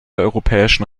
europäischen